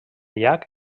llac